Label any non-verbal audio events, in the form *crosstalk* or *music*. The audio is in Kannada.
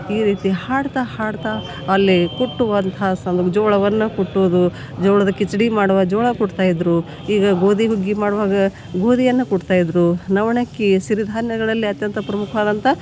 ಈ ರೀತಿ ಹಾಡ್ತಾ ಹಾಡ್ತಾ ಅಲ್ಲಿ ಕುಟ್ಟುವಂಥ *unintelligible* ಜೋಳವನ್ನು ಕುಟ್ಟೋದು ಜೋಳದ ಕಿಚಡಿ ಮಾಡುವ ಜೋಳ ಕುಟ್ತಾಯಿದ್ದರು ಈಗ ಗೋದಿ ಹುಗ್ಗಿ ಮಾಡ್ವಾಗ ಗೋದಿಯನ್ನು ಕುಟ್ತಾಯಿದ್ದರು ನವಣಕ್ಕಿ ಸಿರಿಧಾನ್ಯಗಳಲ್ಲಿ ಅತ್ಯಂತ ಪ್ರಮುಖವಾದಂಥ